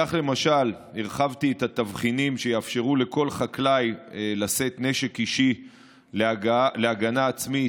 למשל הרחבתי את התבחינים שיאפשרו לכל חקלאי לשאת נשק להגנה עצמית,